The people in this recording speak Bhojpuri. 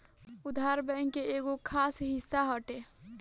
उधार, बैंक के एगो खास हिस्सा हटे